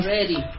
Ready